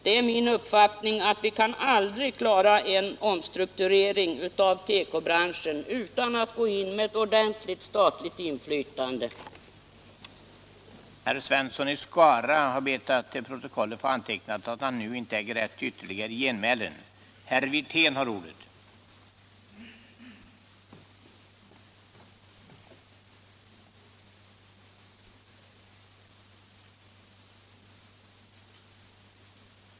Det är min uppfattning att vi aldrig kan klara en omstrukturering av Nr 138 tekobranschen utan att gå in med ett ordentligt statligt inflytande.